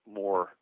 more